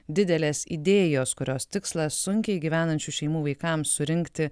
didelės idėjos kurios tikslas sunkiai gyvenančių šeimų vaikams surinkti